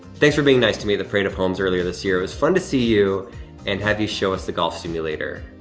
thanks for being nice to me at the parade of homes earlier this year. it was fun to see you and have you show us the golf simulator.